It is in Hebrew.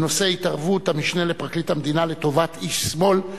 בנושא: התערבות המשנה לפרקליט המדינה לטובת איש שמאל,